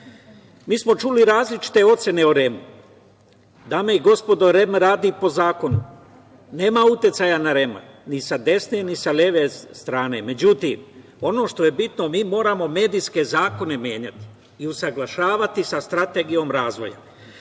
smo čuli različite ocene o REM-u. Dame i gospodo, REM radi po zakonu. Nema uticaj na REM ni sa desne, ni sa leve strane. Međutim, ono što je bitno, mi moramo medijske zakone menjati i usaglašavati sa Strategijom razvoja. Danas